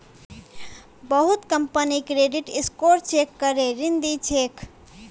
बहुत company credit score check करे ऋण दी छेक